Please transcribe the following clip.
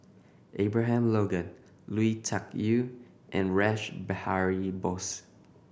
Abraham Logan Lui Tuck Yew and Rash Behari Bose